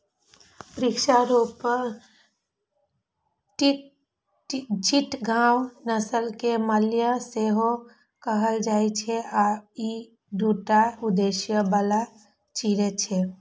चिटगांव नस्ल कें मलय सेहो कहल जाइ छै आ ई दूटा उद्देश्य बला चिड़ै छियै